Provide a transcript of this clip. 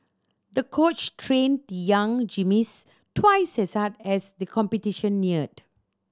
the coach trained the young gym twice as hard as the competition neared